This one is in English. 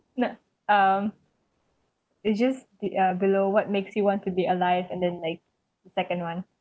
not um it's just the uh below what makes you want to be alive and then like second [one]